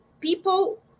people